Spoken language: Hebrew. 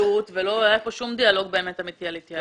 ולא היה כאן כל דיאלוג אמיתי על התייעלות.